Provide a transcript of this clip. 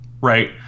right